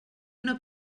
una